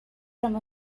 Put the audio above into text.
from